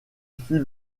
fut